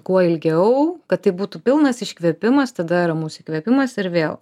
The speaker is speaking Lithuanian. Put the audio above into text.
kuo ilgiau kad tai būtų pilnas iškvėpimas tada ramus įkvėpimas ir vėl